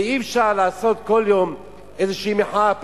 כי אי-אפשר לעשות כל יום איזו מחאה,